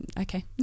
okay